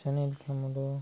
ସେନେଇ କାମଲ